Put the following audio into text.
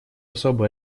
особую